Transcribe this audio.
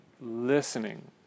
listening